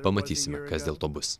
pamatysime kas dėl to bus